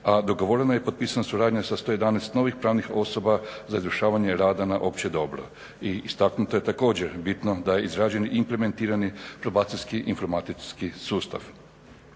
A dogovorena i potpisana suradnja sa novih 111 novih pravnih osoba za izvršavanje rada na opće dobro. Istaknuto je i također bitno da je izrađen implementirani probacijski informacijski sustav.